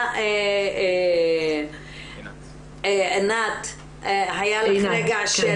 --- נקטעת לנו ולא שמענו אותך בחלק